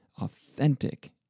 authentic